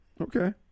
Okay